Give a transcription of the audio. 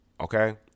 Okay